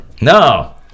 No